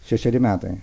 šešeri metai